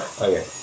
Okay